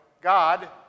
God